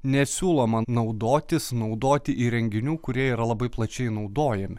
nesiūloma naudotis naudoti įrenginių kurie yra labai plačiai naudojami